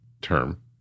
term